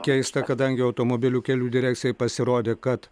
keista kadangi automobilių kelių direkcijai pasirodė kad